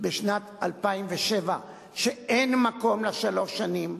בשנת 2007 שאין מקום לשלוש שנים,